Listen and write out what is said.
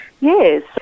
yes